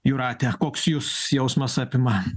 jūrate koks jus jausmas apima